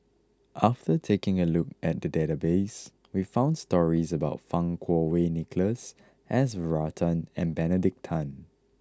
after taking a look at the database we found stories about Fang Kuo Wei Nicholas S Varathan and Benedict Tan